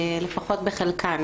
לפחות בחלקן,